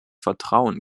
vertrauen